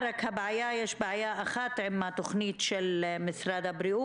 ראשית, אם יש בעיה ספציפית אנחנו נשמח לדעת.